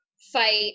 fight